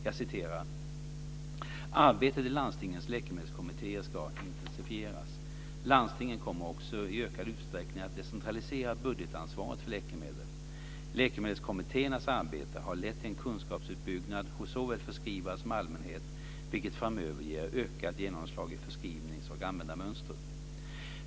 Jag citerar: "Arbetet i landstingens läkemedelskommittéer skall intensifieras. Landstingen kommer också i ökad utsträckning att decentralisera budgetansvaret för läkemedel. Läkemedelskommittéernas arbete har lett till en kunskapsuppbyggnad hos såväl förskrivare som allmänhet, vilket framöver ger ökat genomslag i förskrivnings och användarmönster."